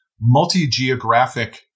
multi-geographic